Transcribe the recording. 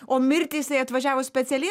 o mirti jisai atvažiavo specialiai